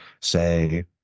say